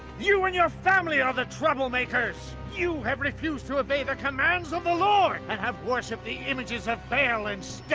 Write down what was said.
you and your family are the troublemakers! you have refused to obey the commands of the lord and have worshipped the images of baal instead.